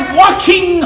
walking